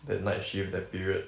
that night shift that period